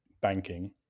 banking